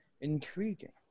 intriguing